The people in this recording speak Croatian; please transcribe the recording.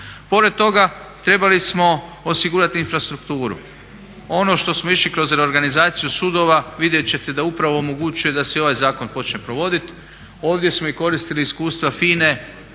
Pored toga trebali smo osigurati infrastrukturu. Ono što smo išli kroz reorganizaciju sudova vidjeti ćete da upravo omogućuje da se i ovaj zakon počne provoditi. Ovdje smo i koristili iskustva